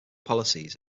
policies